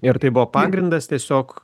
ir tai buvo pagrindas tiesiog